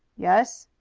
yes,